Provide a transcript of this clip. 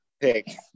pick